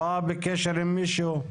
הייתה בקשר עם מישהו?